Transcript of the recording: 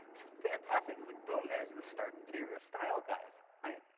fantastic, it's like, boom, there's the start to your style guide, right?